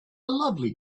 lovely